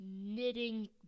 knitting